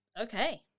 Okay